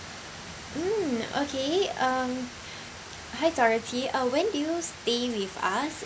mm okay um hi dorothy uh when did you stay with us